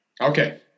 Okay